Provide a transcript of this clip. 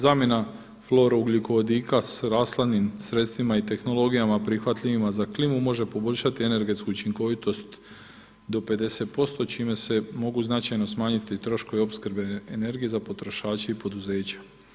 Zamjena fluorougljikovodika s rashladnim sredstvima i tehnologijama prihvatljivima za klimu može poboljšati energetsku učinkovitost do 50% čime se mogu značajno smanjiti troškovi opskrbe energije za potrošače i poduzeća.